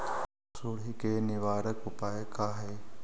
सुंडी के निवारक उपाय का हई?